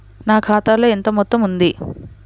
నా ఖాతాలో ఎంత మొత్తం ఉంది?